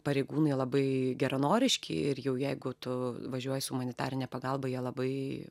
pareigūnai labai geranoriški ir jau jeigu tu važiuoji su humanitarine pagalba jie labai